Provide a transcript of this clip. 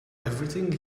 everything